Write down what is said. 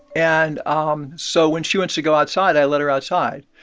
and um so when she wants to go outside, i let her outside.